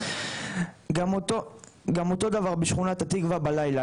גם אותו דבר בשכונת התקווה בלילה,